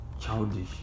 childish